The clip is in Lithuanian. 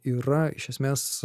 yra iš esmės